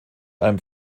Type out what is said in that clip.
einem